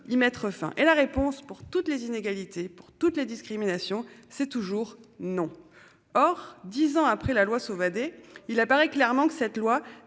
y mettre fin, et la réponse pour toutes les inégalités pour toutes les discriminations. C'est toujours non. Or 10 ans après la loi Sauvadet, il apparaît clairement que cette loi